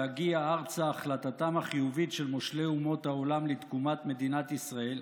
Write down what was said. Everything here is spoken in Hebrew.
בהגיע ארצה החלטתם החיובית של מושלי אומות העולם לתקומת מדינת ישראל,